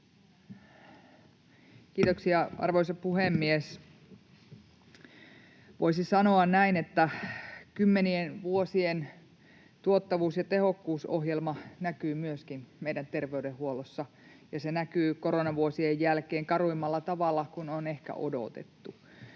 Kiitoksia, arvoisa puhemies! Voisi sanoa näin, että kymmenien vuosien tuottavuus- ja tehokkuusohjelma näkyy myöskin meidän terveydenhuollossa ja se näkyy koronavuosien jälkeen karummalla tavalla kuin on ehkä odotettu.